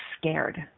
scared